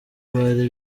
bari